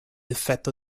effetto